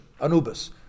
Anubis